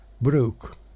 Brooke